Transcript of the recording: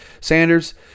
Sanders